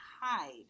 hide